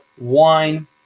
wine